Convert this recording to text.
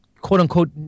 quote-unquote